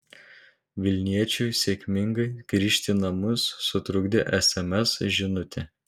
vilniečiui sėkmingai grįžti į namus sutrukdė sms žinutė